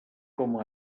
com